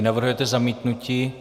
Navrhujete zamítnutí?